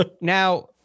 now